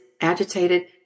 agitated